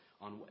on